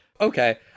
Okay